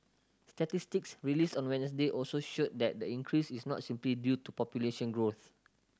statistics released on Wednesday also showed that the increase is not simply due to population growth